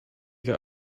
get